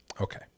Okay